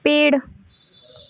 पेड़